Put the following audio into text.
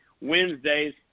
Wednesdays